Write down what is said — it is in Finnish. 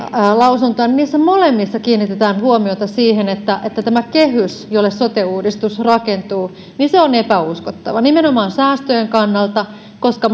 lausuntoa niin niissä molemmissa kiinnitetään huomiota siihen että että tämä kehys jolle sote uudistus rakentuu on epäuskottava nimenomaan säästöjen kannalta koska